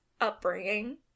upbringing